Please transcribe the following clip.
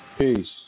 Peace